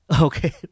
Okay